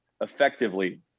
effectively